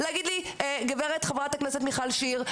להגיד לי: חברת הכנסת מיכל שיר,